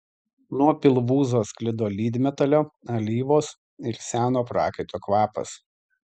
nuo pilvūzo sklido lydmetalio alyvos ir seno prakaito kvapas